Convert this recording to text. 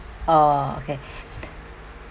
oh okay